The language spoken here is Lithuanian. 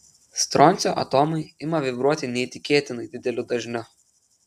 stroncio atomai ima vibruoti neįtikėtinai dideliu dažniu